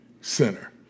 center